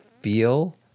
feel